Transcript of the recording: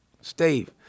Steve